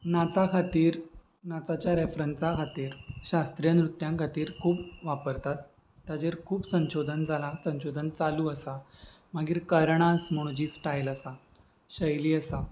नाचा खातीर नाचाच्या रेफरंसा खातीर शास्त्रीय नृत्यां खातीर खूब वापरतात ताचेर खूब संशोधन जालां संशोधन चालू आसा मागीर कर्णास म्हणूं जी स्टायल आसा शैली आसा